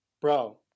Bro